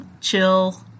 chill